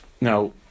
Now